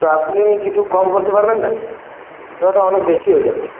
তা আপনি কিছু কম করতে পারবেন না ওটা অনেক বেশি হয়ে যাচ্ছে